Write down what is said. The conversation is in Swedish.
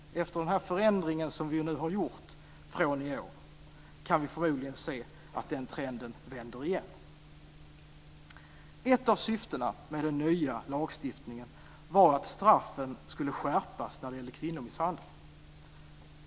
Efter denna förändring som vi nu har gjort från i år kan vi förmodligen se att den trenden vänder igen. Ett av syftena med den nya lagstiftningen var att straffen skulle skärpas när det gällde kvinnomisshandel.